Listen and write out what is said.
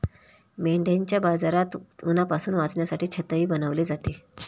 मेंढ्यांच्या बाजारात उन्हापासून वाचण्यासाठी छतही बनवले जाते